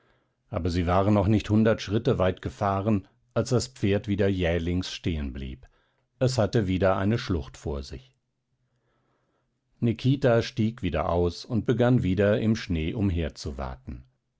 aber sie waren noch nicht hundert schritte weit gefahren als das pferd wieder jählings stehen blieb es hatte wieder eine schlucht vor sich nikita stieg wieder aus und begann wieder im schnee umherzuwaten